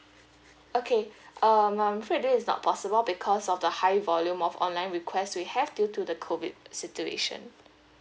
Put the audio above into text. okay um I'm afraid this is not possible because of the high volume of online request we have due to the COVID situation